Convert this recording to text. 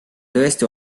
tõesti